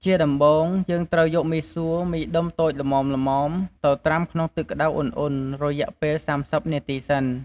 ជាដំបូង យើងត្រូវយកមីសួរមីដុំតូចល្មមៗទៅត្រាំក្នុងទឹកក្ដៅឧណ្ឌៗរយៈពេល៣០នាទីសិន។